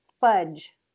fudge